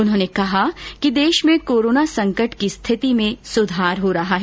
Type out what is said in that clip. उन्होंने कहा कि देश में कोरोना संकट की स्थिति में सुधार हो रहा है